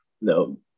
no